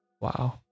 Wow